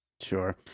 Sure